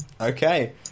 Okay